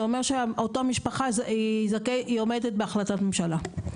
זה אומר שאותה משפחה היא עומדת בהחלטת ממשלה.